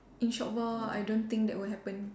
in short while I don't think that will happen